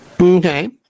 Okay